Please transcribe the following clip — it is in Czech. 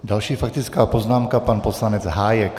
Další faktická poznámka poslanec Hájek.